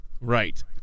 Right